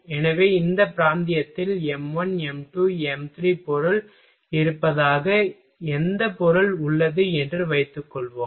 எனவே இந்த பிராந்தியத்தில் m1 m2 m3 பொருள் இருப்பதாக எந்த பொருள் உள்ளது என்று வைத்துக்கொள்வோம்